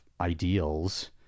ideals